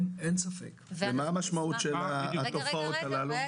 מה המשמעות של התופעות האלה?